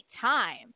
time